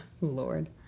Lord